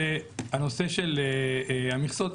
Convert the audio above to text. שבנושא של המכסות,